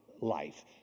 life